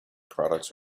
products